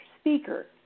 speaker